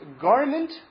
garment